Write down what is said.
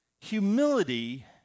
Humility